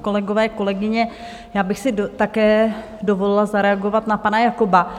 Kolegové, kolegyně, já bych si také dovolila zareagovat na pana Jakoba.